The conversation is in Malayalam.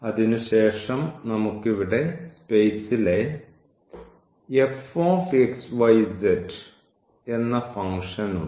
അതിനുശേഷം നമുക്ക് ഇവിടെ സ്പേസിലെ എന്ന ഫംഗ്ഷൻ ഉണ്ട്